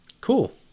Cool